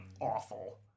awful